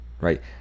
right